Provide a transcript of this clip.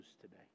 today